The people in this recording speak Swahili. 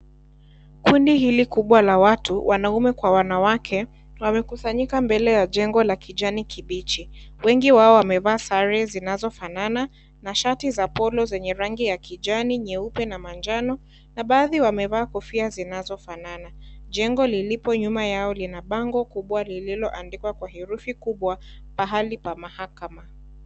Kundi hili kubwa la watu wanaume kwa wanawake, wamekusanyika mbele ya jengo la kijani kibichi. Wengi wao wamevaa sare zinazofanana na shati za polo zenye rangi ya kijani, nyeupe na manjano, na baadhi wamevaa kofia zinazofanana. Jengo lilipo nyuma ya lina bango kubwa lililoandikwa kwa herufi kubwa "PAHALI PA MAHAKAMA"